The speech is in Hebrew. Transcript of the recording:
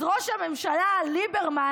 אז ראש הממשלה ליברמן,